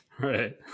Right